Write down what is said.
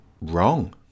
wrong